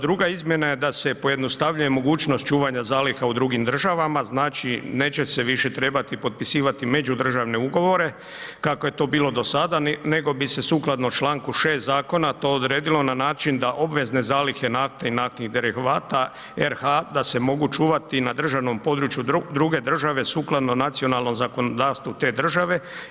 Druga izmjena je da se pojednostavljuje mogućnost čuvanja zaliha u drugim državama, znači neće se više trebati potpisivati međudržavne ugovore kako je to bilo do sada nego bi se sukladno Članku 6. zakona to odredilo na način da obvezne zalihe nafte i naftnih derivata RH da se mogu čuvati na državnom području druge države sukladno nacionalnom zakonodavstvu te države.